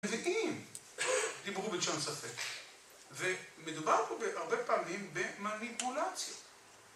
ואם דיברו בלשון ספק, ומדובר פה בהרבה פעמים במניפולציה.